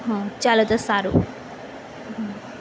હા ચાલો તો સારું હા